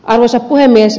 arvoisa puhemies